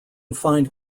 find